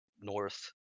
North